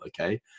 Okay